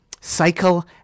Cycle